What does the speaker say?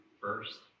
first